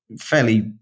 fairly